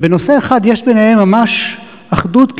אבל בנושא אחד יש ביניהן ממש אחדות,